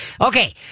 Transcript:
Okay